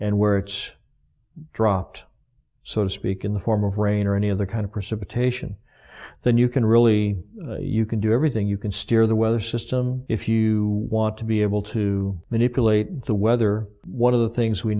and where it's dropped so to speak in the form of rain or any other kind of precipitation than you can really you can do everything you can steer the weather system if you want to be able to manipulate the weather one of the things we